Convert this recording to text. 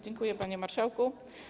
Dziękuję, panie marszałku.